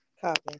Copy